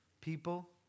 People